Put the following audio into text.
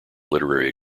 literary